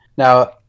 Now